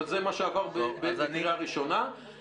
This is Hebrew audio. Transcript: אבל זה מה שעבר בקריאה ראשונה,